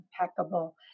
impeccable